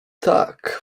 tak